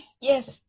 yes